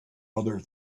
other